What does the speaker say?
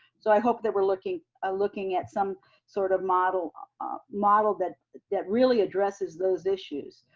so i hope that we're looking ah looking at some sort of model model that that really addresses those issues.